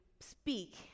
speak